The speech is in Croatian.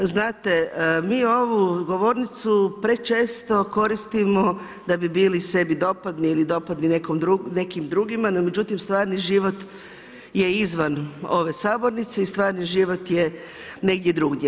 Znate, mi ovu govornicu prečesto koristimo da bi bili sebi dopadni ili dopadni nekim drugima međutim stvarni život je izvan ove sabornice i stvarni život je negdje drugdje.